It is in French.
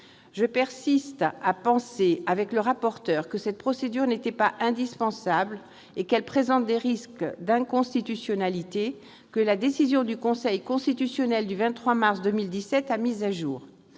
Je persiste à penser, avec M. le rapporteur, que cette procédure n'était pas indispensable et qu'elle présente des risques d'inconstitutionnalité, que la décision du Conseil constitutionnel du 23 mars 2017 a mis à jour.